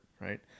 right